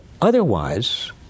Otherwise